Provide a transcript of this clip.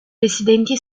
residenti